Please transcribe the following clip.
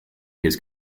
his